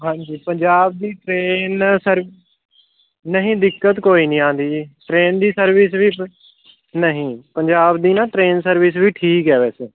ਹਾਂਜੀ ਪੰਜਾਬ ਦੀ train sir ਨਹੀਂ ਦਿੱਕਤ ਕੋਈ ਨਹੀਂ ਆਉਂਦੀ ਜੀ ਟਰੇਨ ਦੀ ਸਰਵਿਸ ਵੀ ਪ ਨਹੀਂ ਪੰਜਾਬ ਦੀ ਨਾ ਟਰੇਨ ਸਰਵਿਸ ਵੀ ਠੀਕ ਹੈ ਵੈਸੇ